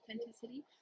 authenticity